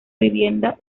vivienda